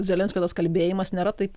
zelenskio tas kalbėjimas nėra taip